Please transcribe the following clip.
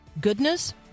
Goodness